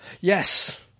yes